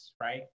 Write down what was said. right